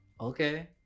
Okay